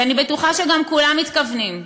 ואני בטוחה שכולם גם מתכוונים,